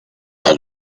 are